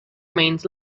means